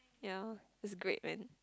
ye that is great man